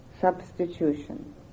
substitution